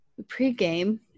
pregame